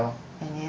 ya lor